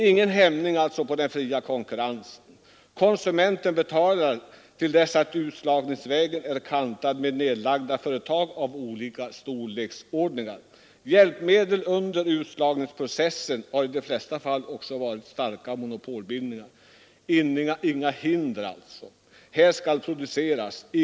Ingen hämning i fråga om den fria konkurrensen, konsumenten betalar till dess att utslagningsvägen är kantad med nedlagda företag av olika storlek. Hjälpmedel under utslagningsprocessen är i de flesta fall också starka monopolbildningar. Inga hinder alltså, här skall produceras!